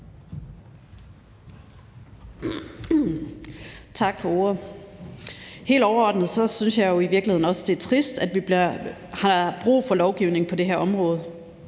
Tak for ordet. Helt overordnet synes jeg i virkeligheden også, det er trist, at vi har brug for lovgivning på det her område.